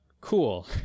cool